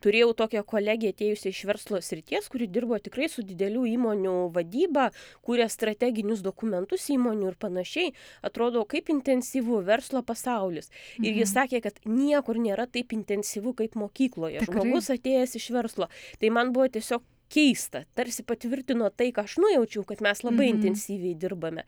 turėjau tokią kolegę atėjusią iš verslo srities kuri dirbo tikrai su didelių įmonių vadyba kūrė strateginius dokumentus įmonių ir panašiai atrodo kaip intensyvu verslo pasaulis ir ji sakė kad niekur nėra taip intensyvu kaip mokykloje žmogus atėjęs iš verslo tai man buvo tiesiog keista tarsi patvirtino tai ką aš nujaučiau kad mes labai intensyviai dirbame